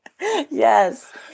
Yes